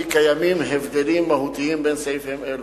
קיימים הבדלים מהותיים בין סעיפים אלו.